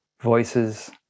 voices